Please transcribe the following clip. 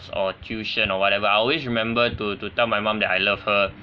or tuition or whatever I'll always remember to to tell my mum that I love her